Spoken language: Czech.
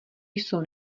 jsou